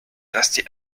rester